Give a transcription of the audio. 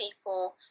people